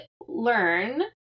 learn